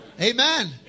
Amen